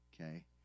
okay